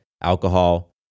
alcohol